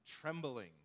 trembling